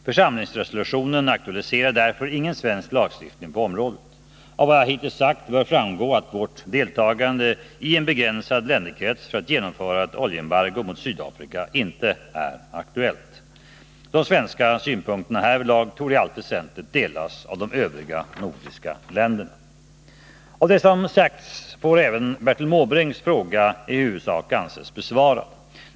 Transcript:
Församlingsresolutionen aktualiserar därför ingen svensk lagstiftning på området. Av vad jag hittills sagt bör framgå att vårt deltagande i en begränsad länderkrets för att genomföra ett oljeembargo mot Sydafrika inte är aktuellt. De svenska synpunkterna härvidlag torde i allt väsentligt delas av övriga nordiska länder. Av det som sagts får även Bertil Måbrinks fråga i huvudsak anses besvarad.